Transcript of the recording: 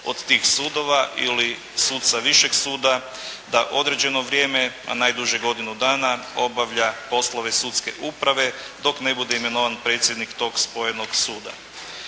od tih sudova ili suca višeg suda da određeno vrijeme a najduže godinu dana obavlja poslove sudske uprave dok ne bude imenovan predsjednik tog …/Govornik se